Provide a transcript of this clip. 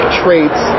traits